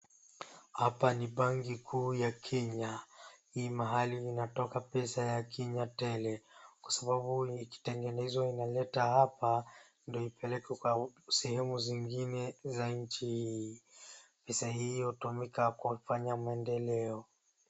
Hapa ni benki kuu ya Kenya. Hii mahali inatoka pesa ya Kenya tele, kwa sababu ikitengenezwa inaletwa hapa ndio ipelekwe kwa sehemu zingine za nchi hii. Pesa hii hutumika kwa kufanya maendeleo.